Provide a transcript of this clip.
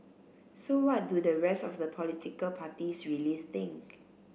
so what do the rest of the political parties really think